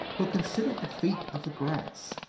who can sit at the feet of the grass.